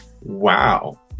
wow